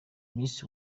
miss